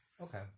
Okay